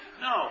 No